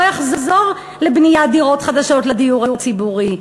יחזור לבניית דירות חדשות לדיור הציבורי.